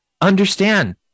Understand